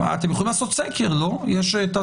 אתם יכולים לעשות סקר, מדגם.